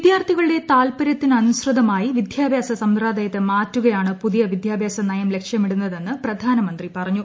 വിദ്യാർത്ഥികളുടെ താൽപ്പര്യത്തിനനുസൃതമായി വിദ്യാഭ്യാസ സമ്പ്രദായത്തെ മാറ്റുകയാണ് പുതിയ വിദ്യാഭ്യാസ നയം ലക്ഷ്യമിടുന്നതെന്ന് പ്രധാനമന്ത്രി പറഞ്ഞു